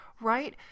right